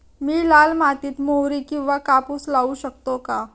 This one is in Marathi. मी लाल मातीत मोहरी किंवा कापूस लावू शकतो का?